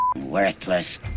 worthless